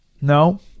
No